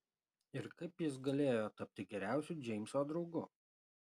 ir kaip jis galėjo tapti geriausiu džeimso draugu